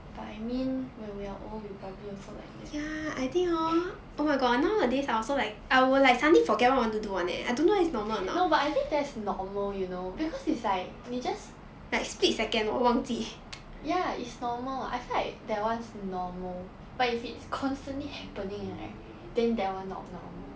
but I mean when we are old we probably also like that no but I think that's normal you know because it's like 你 just ya it's normal I feel like that one is normal but if it's constantly happening right then that one not normal